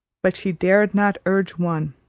but she dared not urge one.